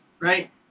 Right